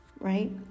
right